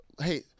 hey